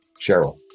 Cheryl